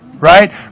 right